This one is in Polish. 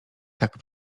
tak